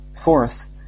Fourth